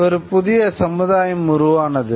ஒரு புதிய சமுதாயம் உருவானது